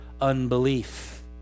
unbelief